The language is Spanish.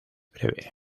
breve